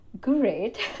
great